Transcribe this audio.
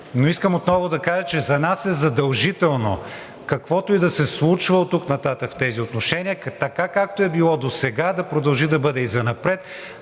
но искам отново да кажа, че за нас е задължително, каквото и да се случва оттук нататък в тези отношения – така, както е било досега, да продължи да бъде и занапред,